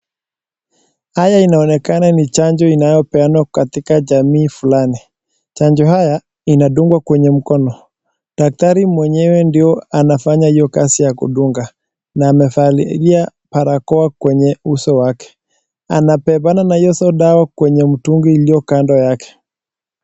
Haya inaonekana ni chanjo inayopeanwa katika jamii fulani. Chanjo haya inadungwa kwenye mkono. Daktari mwenyewe ndio anafanya hiyo kazi ya kudunga na amevalia barakoa kwenye uso wake. Amebebana na hiyo soda kwenye mtungi iliyo kando yake.